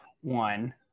one